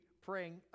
praying